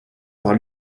par